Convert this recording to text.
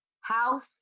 House